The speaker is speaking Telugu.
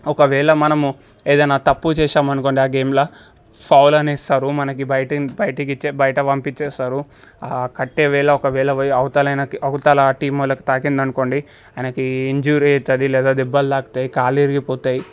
ఒకవేళ మనము ఏదైనా తప్పు చేశామనుకోండి గేమ్లా ఫౌల్ అని ఇస్తారు మనకి బయట బయటకి వచ్చే బయట పంపించి వేస్తారు కట్టే వేళ ఒకవేళ పోయి అవతలాయనకి అవతలా టీం వాళ్ళకి తాకింది అనుకోండి ఆయనకి ఇంజ్యూర్ అవుతుంది లేదా దెబ్బలు తాకుతాయి కాలు విరిగిపోతాయి